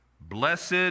Blessed